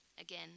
Again